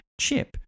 chip